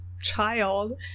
child